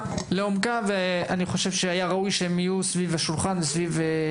לעומקה ואני חושב שהיה ראוי שהם יהיו סביב שולחן ההחלטות.